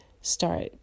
start